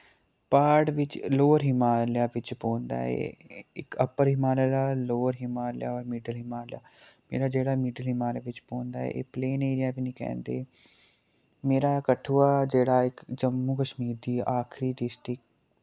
प्हाड़ बिच्च लोअर हिमालय बिच्च पौंदा ऐ एह् इक अप्पर हिमालय लोअर हिमालय और मिडल हिमालय एह्ड़ा जेह्ड़ा मिडल हिमालय बिच्च पौंदा एह् प्लेन एरिया वी निं कैंह्दे मेरा कठुआ जेह्ड़ा इक जम्मू कश्मीर दी आखरी डिस्टिक